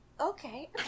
Okay